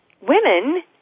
Women